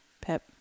pep